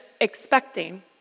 expecting